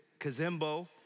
Kazimbo